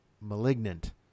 malignant